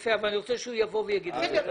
יפה אבל אני רוצה שהוא יבוא ויגיד את זה.